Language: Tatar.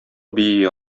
бии